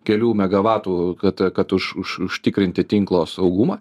kelių megavatų kad kad už už užtikrinti tinklo saugumą